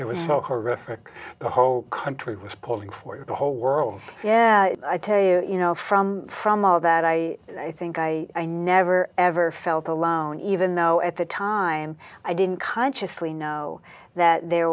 it was so horrific the whole country was pulling for you the whole world i tell you you know from from all that i i think i never ever felt alone even though at the time i didn't consciously know that there